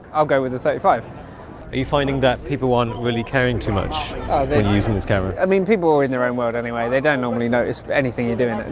i'll go with the thirty five are you finding that people aren't really caring too much then using this camera. i mean people are in their own world anyway, they don't normally notice anything you're doing it,